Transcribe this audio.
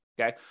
Okay